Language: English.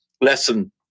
lesson